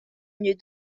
mieux